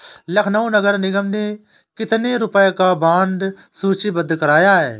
लखनऊ नगर निगम ने कितने रुपए का बॉन्ड सूचीबद्ध कराया है?